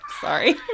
Sorry